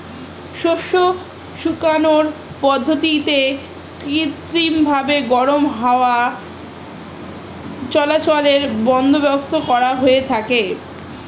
শস্য শুকানোর পদ্ধতিতে কৃত্রিমভাবে গরম হাওয়া চলাচলের বন্দোবস্ত করা হয়ে থাকে